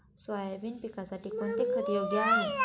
Soybean पिकासाठी कोणते खत योग्य आहे?